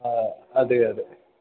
ആ അതെ അതെ